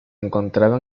encontraba